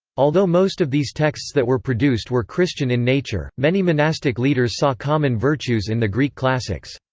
although most of these texts that were produced were christian in nature, many monastic leaders saw common virtues in the greek classics.